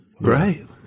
Right